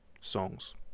songs